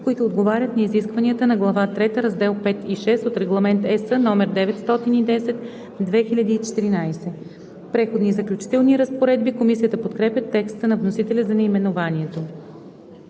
които отговарят на изискванията на глава III, раздел 5 и 6 от Регламент (ЕС) № 910/2014.“ „Преходни и заключителни разпоредби“ Комисията подкрепя текста на вносителя за наименованието.